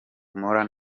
meron